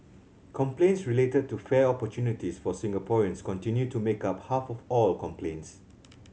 complaints related to fair opportunities for Singaporeans continue to make up half of all complaints